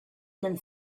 dal